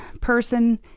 person